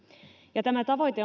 ja uskon että tämä tavoite